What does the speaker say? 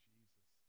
Jesus